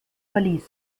verließ